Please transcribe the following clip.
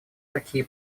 такие